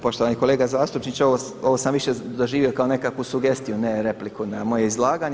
Poštovani kolega zastupniče, ovo sam više doživio kao nekakvu sugestiju, a ne repliku na moje izlaganje.